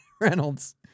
Reynolds